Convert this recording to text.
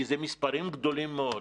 כי זה מספרים גדולים מאוד,